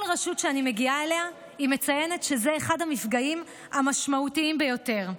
כל רשות שאני מגיעה אליה מציינת שזה אחד המפגעים המשמעותיים ביותר.